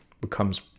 becomes